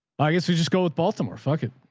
i guess we just go with baltimore. f ah k it.